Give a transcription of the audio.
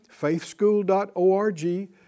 faithschool.org